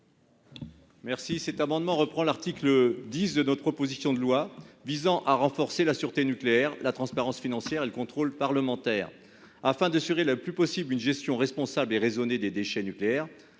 Salmon. Cet amendement reprend l'article 10 de notre proposition de loi portant diverses mesures visant à renforcer la sûreté nucléaire, la transparence financière et le contrôle parlementaire. Afin d'assurer autant que possible une gestion responsable et raisonnée des déchets nucléaires,